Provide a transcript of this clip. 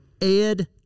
Ed